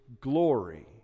glory